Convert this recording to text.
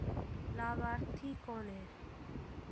लाभार्थी कौन है?